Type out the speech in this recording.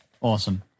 awesome